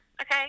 okay